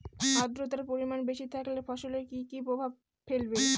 আদ্রর্তার পরিমান বেশি থাকলে ফসলে কি কি প্রভাব ফেলবে?